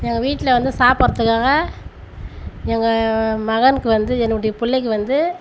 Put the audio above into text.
எங்கள் வீட்டில் வந்து சாப்பிட்றதுக்காக எங்கள் மகனுக்கு வந்து என்னுடைய பிள்ளைக்கு வந்து